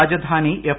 Rajdhani F